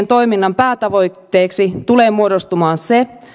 toiminnan päätavoitteeksi tulee muodostumaan se